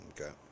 Okay